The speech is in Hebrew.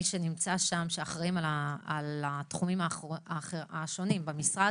מי שנמצא שם שאחראים על התחומים השונים במשרד